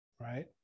right